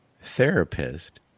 therapist